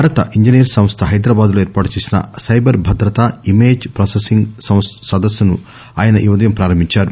భారత ఇంజినీర్ప్ సంస్ద హైదరాబాద్ లో ఏర్పాటు చేసిన సైబర్ భద్రత ఇమేజ్ ప్రాసిసింగ్ సదస్సును ఆయన ఈ ఉదయం ప్రారంభించారు